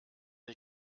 ich